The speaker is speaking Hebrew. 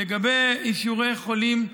לגבי אישורי לחולים מעזה,